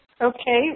Okay